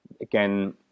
again